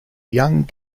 young